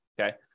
Okay